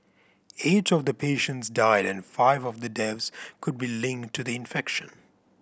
eight of the patients died and five of the deaths could be linked to the infection